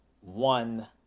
one